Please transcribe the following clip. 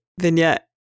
vignette